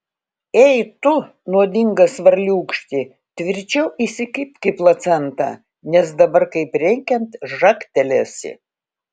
ei tu nuodingas varliūkšti tvirčiau įsikibk į placentą nes dabar kaip reikiant žagtelėsi